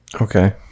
okay